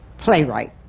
playwright.